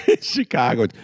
Chicago